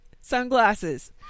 Sunglasses